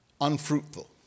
unfruitful